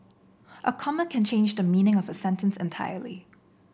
a comma can change the meaning of a sentence entirely